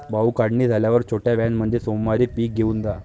भाऊ, काढणी झाल्यावर छोट्या व्हॅनमध्ये सोमवारी पीक घेऊन जा